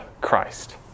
Christ